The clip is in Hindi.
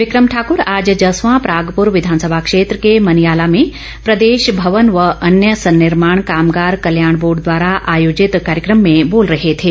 विकम ठाकुर आज जस्वां परागपुर विधानसभा क्षेत्र के मनियाला में प्रदेश भवन एवं अन्य सन्निर्माण कामगार कल्याण बोर्ड द्वारा आयोजित कार्यक्रम में बोल रहे थे